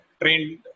trained